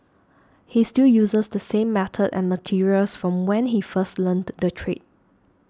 he still uses the same method and materials from when he first learnt the trade